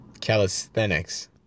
calisthenics